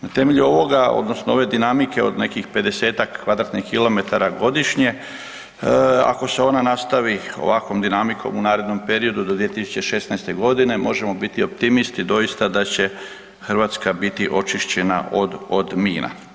Na temelju ovoga, odnosno ove dinamike od nekih 50-tak kvadratnih kilometara godišnje, ako se ona nastavi ovkvom dinamikom u narednom periodu do 2016. godine, možemo biti optimisti doista da će Hrvatska biti očišćena od mina.